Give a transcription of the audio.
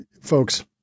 Folks